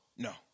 No